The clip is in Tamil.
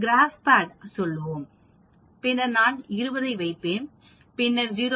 நாம் GraphPad செல்வோம் பின்னர் நான் 20 ஐ வைப்பேன் பின்னர் 0